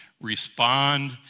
respond